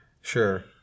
Sure